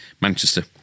Manchester